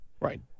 Right